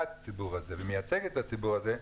את הציבור הזה ומייצגת את הציבור הזה,